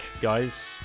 guys